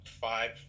five